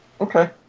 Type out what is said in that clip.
Okay